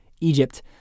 Egypt